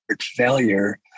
failure